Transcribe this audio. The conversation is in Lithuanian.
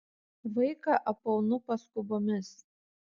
vaiką apaunu paskubomis